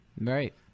Right